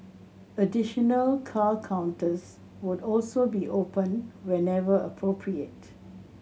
additional car counters would also be opened whenever appropriate